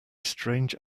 strange